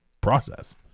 process